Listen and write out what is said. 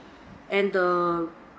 and the